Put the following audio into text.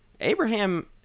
Abraham